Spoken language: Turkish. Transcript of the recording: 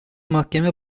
mahkeme